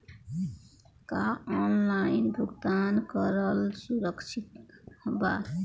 का ऑनलाइन भुगतान करल सुरक्षित बा?